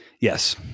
Yes